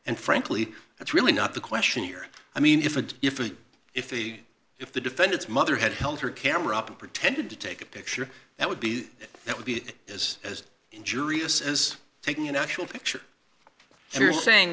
and frankly that's really not the question here i mean if and if if they if the defendant's mother had held her camera up and pretended to take a picture that would be that would be as as injurious as taking an actual picture and you're saying